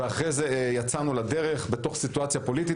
ואחרי כן יצאנו לדרך בתוך סיטואציה פוליטית